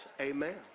Amen